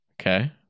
Okay